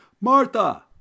Martha